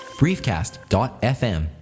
briefcast.fm